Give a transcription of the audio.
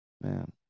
man